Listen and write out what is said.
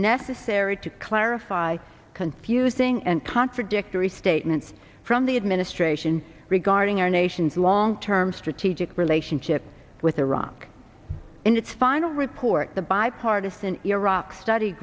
necessary to clarify confusing and contradictory statements from the administration regarding our nation's long term strategic relationship with iraq in its final report the bipartisan iraq study